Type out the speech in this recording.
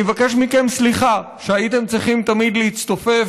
אני מבקש מכם סליחה על שהייתם צריכים תמיד להצטופף